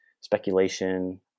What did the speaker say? speculation